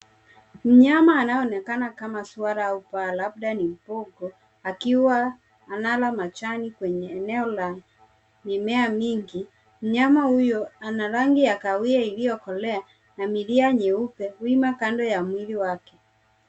Mnyama anayeonekana kama swara akiwa anakula majani kwenye eneo la mimea mingi , mnyama huyo ana rangi ya kahawia iliyokolea na milia nyeupe wima kando ya mwili wake .